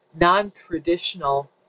non-traditional